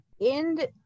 end